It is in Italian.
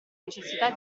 necessità